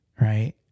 right